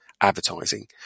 advertising